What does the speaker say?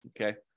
Okay